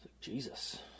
Jesus